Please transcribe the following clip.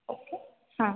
okay हा